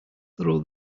throw